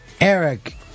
Eric